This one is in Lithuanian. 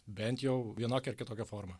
bent jau vienokia ar kitokia forma